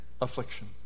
affliction